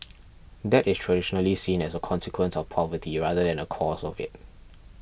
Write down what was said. debt is traditionally seen as a consequence of poverty rather than a cause of it